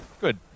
good